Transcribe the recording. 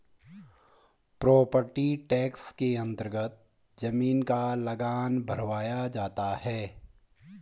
property tax के अन्तर्गत जमीन का लगान भरवाया जाता है